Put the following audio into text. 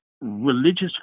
religious